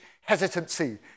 hesitancy